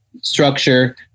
structure